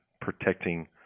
protecting